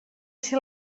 ser